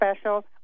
special